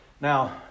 Now